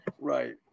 Right